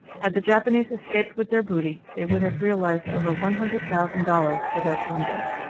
had the japanese escaped with their booty they would have realized over one hundred thousand dollars for their plunder.